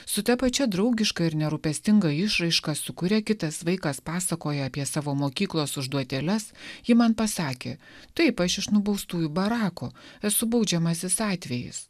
su ta pačia draugiška ir nerūpestinga išraiška su kuria kitas vaikas pasakojo apie savo mokyklos užduotėles ji man pasakė taip aš iš nubaustųjų barako esu baudžiamasis atvejis